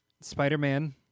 Spider-Man